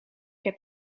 heb